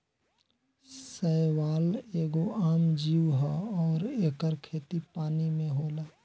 शैवाल एगो आम जीव ह अउर एकर खेती पानी में होला